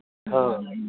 हँ